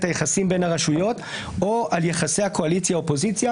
היחסים בין הרשויות או על יחסי קואליציה-אופוזיציה